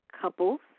couples